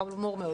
חמור מאוד.